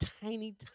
tiny